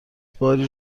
باری